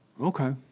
Okay